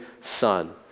son